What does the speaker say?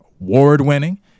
Award-winning